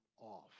off